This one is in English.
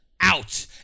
out